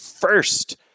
first